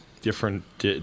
different